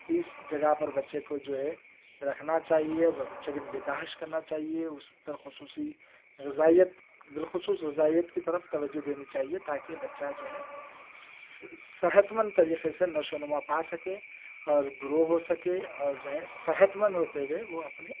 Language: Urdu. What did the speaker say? اس جگہ پر بچے کو جو ہے رکھنا چاہیے بچے کی نگہداشت کرنا چاہیے اس پر خصوصی غذائیت بالخصوص غذائیت کی طرف توجہ دینی چاہیے تاکہ بچہ جو ہے صحت مند طریقے سے نشو و نماں پا سکے اور گرو ہو سکے اور جو ہے صحت مند ہوتے ہوئے وہ اپنے